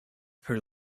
her